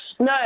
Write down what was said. No